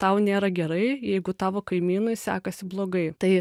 tau nėra gerai jeigu tavo kaimynui sekasi blogai tai